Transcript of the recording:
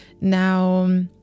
Now